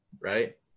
Right